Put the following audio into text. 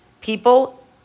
People